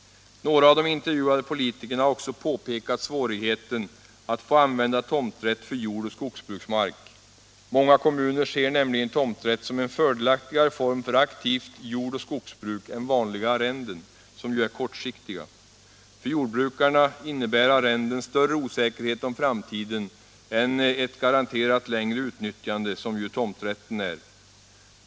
Några av de intervjuade politikerna har också påpekat svårigheten att få använda tomträtt för jord och skogsbruksmark. Många kommuner ser nämligen tomträtt som en fördelaktigare form för aktivt jord och skogsbruk än vanliga arrenden, som ju är kortsiktiga. För jordbrukarna innebär arrenden större osäkerhet om framtiden än ett garanterat längre utnyttjande, som ju tomträtten ger.